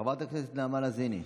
חברת הכנסת נעמה לזימי,